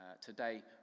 Today